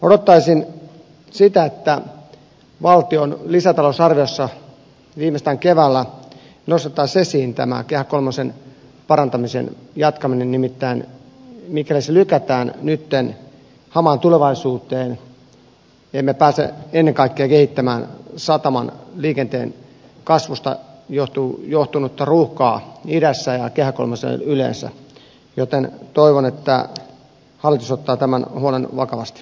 odottaisin sitä että valtion lisätalousarviossa viimeistään keväällä nostettaisiin esiin tämä kehä kolmosen parantamisen jatkaminen nimittäin mikäli se lykätään nytten hamaan tulevaisuuteen emme pääse ennen kaikkea poistamaan sataman liikenteen kasvusta johtunutta ruuhkaa idässä ja kehä kolmosella yleensä joten toivon että hallitus ottaa tämän huolen vakavasti